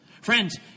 Friends